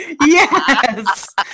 Yes